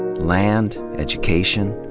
land. education.